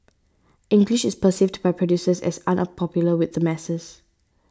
English is perceived by producers as unpopular with the masses